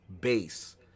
base